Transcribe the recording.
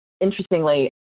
Interestingly